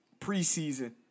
preseason